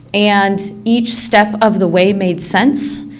and each step of the way made sense.